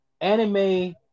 Anime